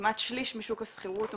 כמעט שליש משוק השכירות הוא